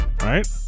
right